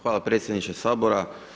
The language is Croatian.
Hvala predsjedniče Sabora.